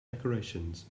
decorations